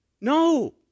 No